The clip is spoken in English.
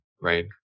right